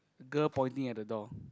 girl pointing at the door